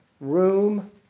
room